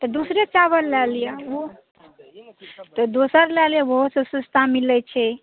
तऽ दोसरे चावल लऽ लिअ तऽ दोसर लऽ लेब ओहोसँ सस्ता मिलैत छै